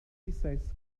dissesse